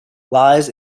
lies